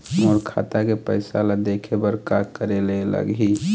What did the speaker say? मोर खाता के पैसा ला देखे बर का करे ले लागही?